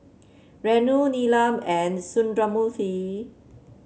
Renu Neelam and Sundramoorthy